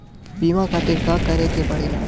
बीमा करे खातिर का करे के पड़ेला?